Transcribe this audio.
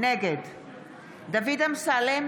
נגד דוד אמסלם,